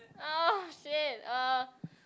uh !shit! uh